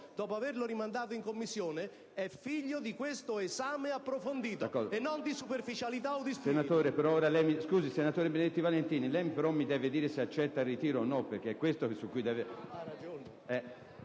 dopo averlo rinviato in Commissione è figlia di questo esame approfondito, e non di superficialità! PRESIDENTE.